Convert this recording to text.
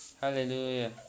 Hallelujah